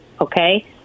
okay